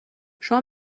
شما